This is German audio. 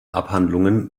abhandlungen